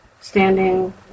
standing